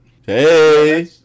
Hey